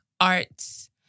arts